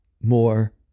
more